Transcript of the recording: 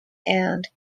and